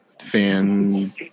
fan